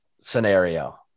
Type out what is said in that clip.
scenario